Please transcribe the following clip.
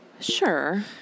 Sure